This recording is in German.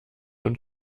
und